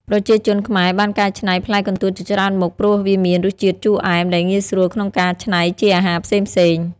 ប្រជាជនខ្មែរបានកែច្នៃផ្លែកន្ទួតជាច្រើនមុខ ព្រោះវាមានរសជាតិជូរអែមដែលងាយស្រួលក្នុងការច្នៃជាអាហារផ្សេងៗ។